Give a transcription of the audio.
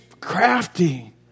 crafty